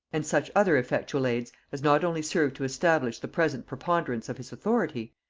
and such other effectual aids as not only served to establish the present preponderance of his authority,